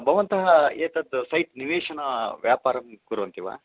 भवन्तः एतत् सैट् निवेशनव्यापारं कुर्वन्ति वा